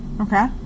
Okay